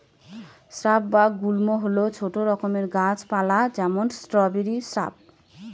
shrub বা গুল্ম হল ছোট রকম গাছ পালা যেমন স্ট্রবেরি শ্রাব